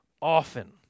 often